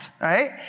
right